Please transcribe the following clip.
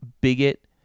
bigot